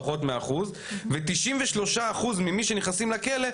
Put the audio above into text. פחות מאחוז ו- 93 אחוז ממי שנכנסים לכלא,